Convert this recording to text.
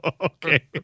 Okay